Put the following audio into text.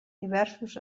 diversos